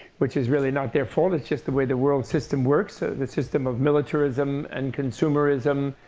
which is really not their fault. it's just the way the world system works, the system of militarism and consumerism,